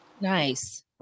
Nice